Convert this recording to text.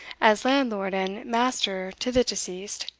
as landlord and master to the deceased,